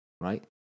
right